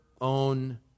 own